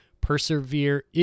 Persevere